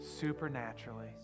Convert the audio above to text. supernaturally